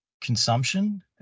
consumption